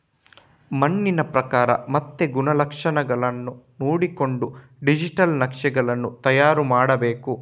ಮಣ್ಣಿನ ಪ್ರಕಾರ ಮತ್ತೆ ಗುಣಲಕ್ಷಣಗಳನ್ನ ನೋಡಿಕೊಂಡು ಡಿಜಿಟಲ್ ನಕ್ಷೆಗಳನ್ನು ತಯಾರು ಮಾಡ್ಬೇಕು